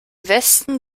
westen